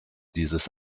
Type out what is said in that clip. dieses